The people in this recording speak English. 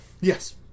yes